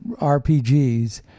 RPGs